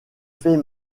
fais